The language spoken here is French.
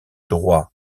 droit